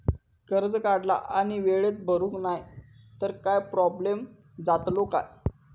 कर्ज काढला आणि वेळेत भरुक नाय तर काय प्रोब्लेम जातलो काय?